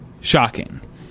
shocking